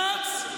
רץ,